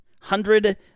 Hundred